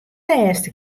lêste